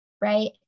right